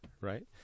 right